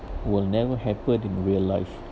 will never happen in real life